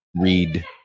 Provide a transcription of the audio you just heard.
read